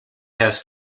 has